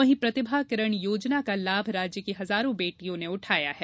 वहीं प्रतिभा किरण योजना का लाभ राज्य की हजारों बेटियों ने उठाया है